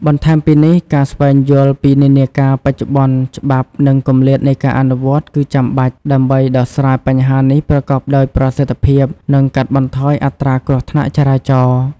បន្ថែមពីនេះ ការស្វែងយល់ពីនិន្នាការបច្ចុប្បន្ន ច្បាប់ និងគម្លាតនៃការអនុវត្ត គឺចាំបាច់ ដើម្បីដោះស្រាយបញ្ហានេះប្រកបដោយប្រសិទ្ធភាព និងកាត់បន្ថយអត្រាគ្រោះថ្នាក់ចរាចរណ៍។